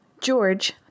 George